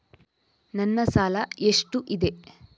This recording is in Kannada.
ನನ್ನ ಸಾಲ ಎಷ್ಟು ಇದೆ?